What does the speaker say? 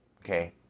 Okay